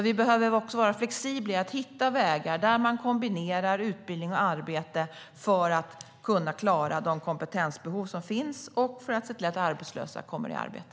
Vi behöver vara flexibla och hitta vägar där man kombinerar utbildning och arbete för att kunna klara de kompetensbehov som finns och för att se till att arbetslösa kommer i arbete.